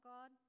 God